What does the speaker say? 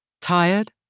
tired